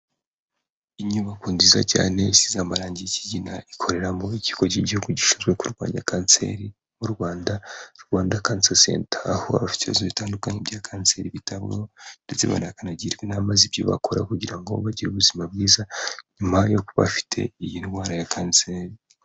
Inyubako nziza cyane isize amararangi y'ikigina ikorera mu ikigo cy'igihugu gishinzwe kurwanya kanseri mu Rwanda, Rwanda canser center, aho afite ibibazo bitandukanye bya kanseri bitabwaho ndetse banakanagirwa inama z'ibyo bakora kugira ngo bagire ubuzima bwiza nyuma yo kuba bafite iyi ndwara ya kanseri.